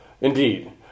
Indeed